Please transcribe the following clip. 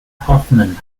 hoffmann